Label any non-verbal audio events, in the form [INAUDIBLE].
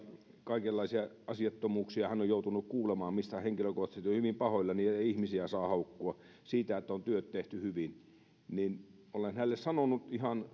kaikenlaisia asiattomuuksia hän on joutunut kuulemaan mistä henkilökohtaisesti olen hyvin pahoillani eihän ihmisiä saa haukkua siitä että työt on tehty hyvin olen hänelle sanonut ihan [UNINTELLIGIBLE]